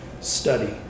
study